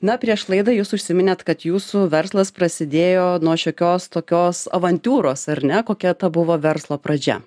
na prieš laidą jūs užsiminėt kad jūsų verslas prasidėjo nuo šiokios tokios avantiūros ar ne kokia ta buvo verslo pradžia